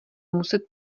muset